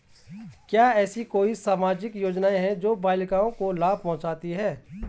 क्या ऐसी कोई सामाजिक योजनाएँ हैं जो बालिकाओं को लाभ पहुँचाती हैं?